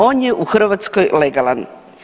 On je u Hrvatskoj legalan.